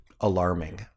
Alarming